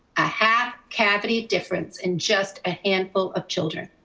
a half cavity difference in just a handful of children.